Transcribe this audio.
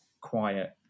quiet